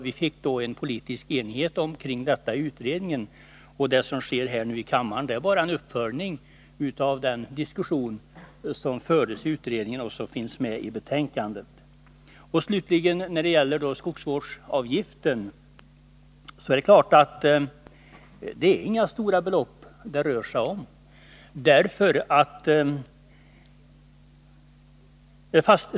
Vi fick politisk enighet om detta i utredningen, och det som sker nu i kammaren är bara en uppföljning av den diskussion som fördes i utredningen och som finns med i betänkandet. När det gäller skogsvårdsavgiften rör det sig inte om några stora belopp.